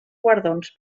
guardons